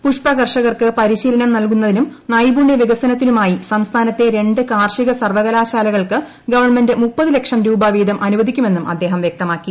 പുഷ്പകർഷകർക്ക് പരിശീലനം നൽകുന്നതിനും നൈപുണ്യ വികസനത്തിനുമായി സംസ്ഥാനത്തെ രണ്ട് കാർഷിക സർവകലാശാലകൾക്ക് ഗവൺമെന്റ് അനുവദിക്കുമെന്നും അദ്ദേഹം വ്യക്തമാക്കി